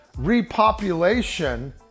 repopulation